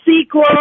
sequel